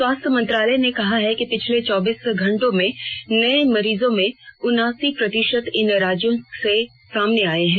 स्वास्थ्य मंत्रालय ने कहा है कि पिछले चौबीस घंटे में नए मरीजों में उनासी प्रतिशत इन राज्यों से सामने आए हैं